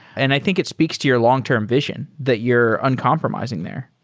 and i think it speaks to your long-term vision that you're uncompromising there.